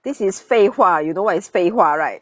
this is 废话 you know what is 废话 right